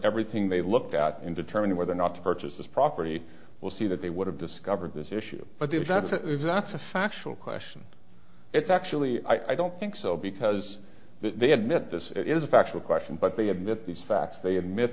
everything they look at in determining whether or not to purchase this property we'll see that they would have discovered this issue but if that is if that's a factual question it's actually i don't think so because they admit this is a factual question but they admit these facts they admit